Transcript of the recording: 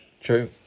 True